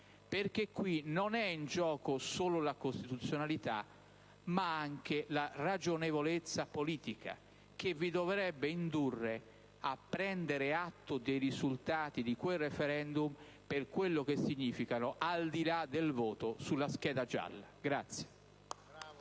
Perché qui non è in gioco solo la costituzionalità, ma anche la ragionevolezza politica, che vi dovrebbe indurre a prendere atto dei risultati di quel *referendum*, per quello che significano, al di là del voto sulla scheda gialla.